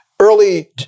Early